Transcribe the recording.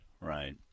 Right